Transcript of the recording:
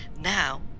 now